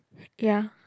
ya